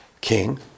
king